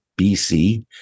BC